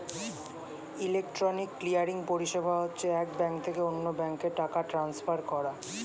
electronic clearing পরিষেবা হচ্ছে এক ব্যাঙ্ক থেকে অন্য ব্যাঙ্কে টাকা ট্রান্সফার করা